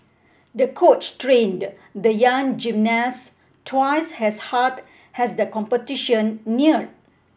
the coach trained the young gymnast twice as hard as the competition neared